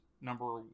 number